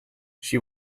she